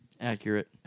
Accurate